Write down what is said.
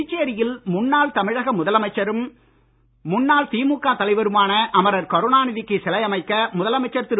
புதுச்சேரியில் முன்னாள் தமிழக முதலமைச்சரும் முன்னாள் திமுக தலைவருமான அமரர் கருணாநிதிக்கு சிலை அமைக்க முதலமைச்சர் திரு